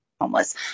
homeless